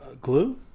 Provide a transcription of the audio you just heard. Glue